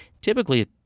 Typically